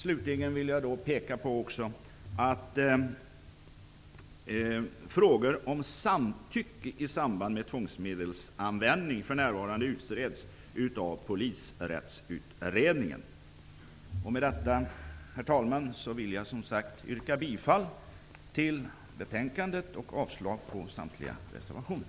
Slutligen vill jag peka på att frågor om samtycke i samband med tvångsmedelsanvändning för närvarande utreds av Polisrättsutredningen. Med detta, herr talman, yrkar jag bifall till utskottets hemställan och avslag på samtliga reservationer.